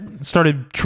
started